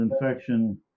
infection